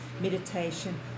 meditation